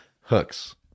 hooks